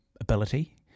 ability